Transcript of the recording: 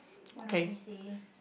one of these days